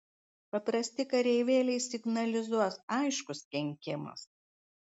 paprasti kareivėliai signalizuos aiškus kenkimas